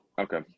Okay